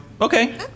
Okay